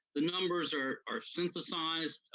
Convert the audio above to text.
the numbers are are synthesized.